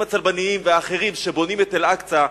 הצלבניים והאחרים שבונים את אל-אקצא,